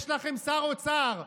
יש לכם שר אוצר,